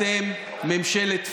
אתם ממשלת פייק.